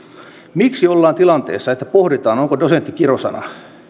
miksi ollaan tilanteessa että pohditaan onko dosentti kirosana